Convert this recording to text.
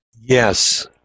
Yes